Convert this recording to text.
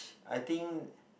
I think